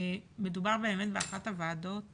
מדובר באמת באחת הוועדות